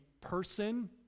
person